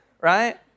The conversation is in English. right